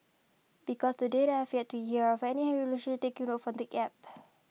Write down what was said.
because to date I have yet to hear of any relationship taking root from the app